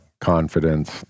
confidence